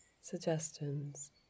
suggestions